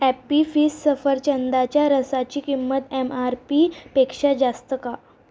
Appy Fizz सफरचंदाच्या रसाची किंमत एम आर पी पेक्षा जास्त का